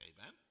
amen